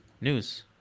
news